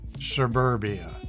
suburbia